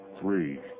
three